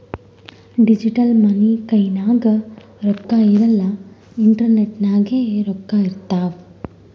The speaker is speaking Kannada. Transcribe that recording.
ಡಿಜಿಟಲ್ ಮನಿ ಕೈನಾಗ್ ರೊಕ್ಕಾ ಇರಲ್ಲ ಇಂಟರ್ನೆಟ್ ನಾಗೆ ರೊಕ್ಕಾ ಇರ್ತಾವ್